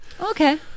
Okay